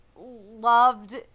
loved